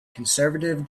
conservative